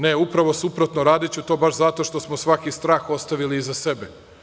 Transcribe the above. Ne, upravo suprotno, radiću to baš zato što smo svaki strah ostavili iza sebe.